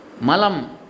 Malam